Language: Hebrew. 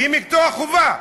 והיא מקצוע חובה.